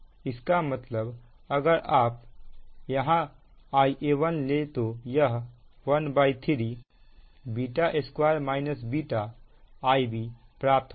इसका मतलब अगर आप यहां Ia1 ले तो यह 13 β2 - β Ib प्राप्त होगा